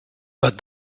but